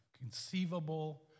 conceivable